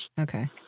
Okay